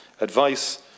advice